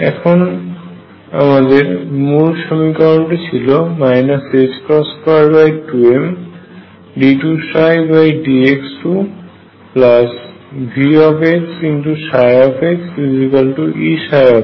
এখন আমাদের মূল সমীকরণটি ছিল 22md2dx2VxxEψx